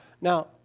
Now